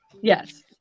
Yes